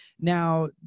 Now